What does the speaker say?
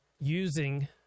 using